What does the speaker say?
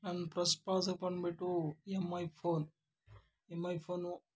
ನನ್ನ ಬಂದ್ಬಿಟ್ಟೂ M I phone M I phone